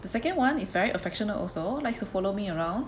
the second one is very affectionate also likes to follow me around